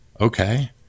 Okay